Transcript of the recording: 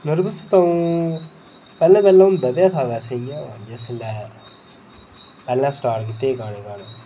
nervous ते अ'ऊं पैह्लें पैह्लें होंदा ते ऐहा जिसलै पैह्लें स्टार्ट कीते हे गाने गाना